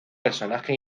personaje